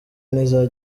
n’iza